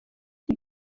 die